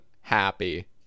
happy